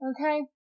Okay